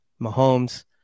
Mahomes